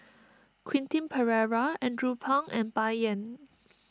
Quentin Pereira Andrew Phang and Bai Yan